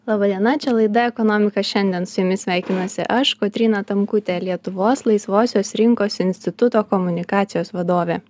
laba diena čia laida ekonomika šiandien su jumis sveikinuosi aš kotryna tamkutė lietuvos laisvosios rinkos instituto komunikacijos vadovė